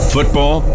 Football